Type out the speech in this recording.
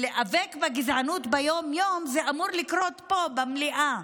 להיאבק בגזענות ביום-יום זה אמור לקרות פה במליאה.